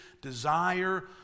desire